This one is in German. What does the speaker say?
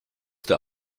der